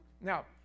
Now